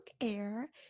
Air